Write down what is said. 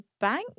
bank